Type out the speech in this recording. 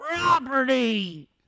property